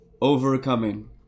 overcoming